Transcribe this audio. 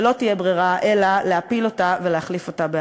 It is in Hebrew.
ולא תהיה ברירה אלא להפיל אותה ולהחליף אותה באחרת.